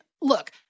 look